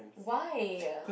why